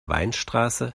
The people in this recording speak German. weinstraße